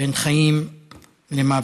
בין חיים למוות.